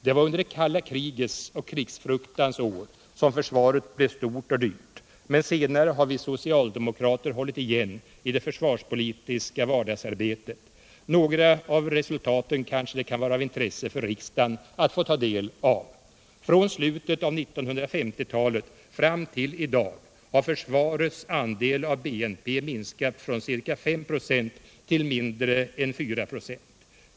Det var under det kalla krigets och krigsfruktans år som försvaret blev stort och dyrt, men senare har vi socialdemokrater hållit igen i det försvarspolitiska vardagsarbetet. Några av resultaten kanske det kan vara av intresse för riksdagen att få ta del av. Från slutet av 1950-talet fram till i dag har försvarets andel av BNP minskat från ca 5 96 till mindre än 4 96.